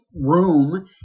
room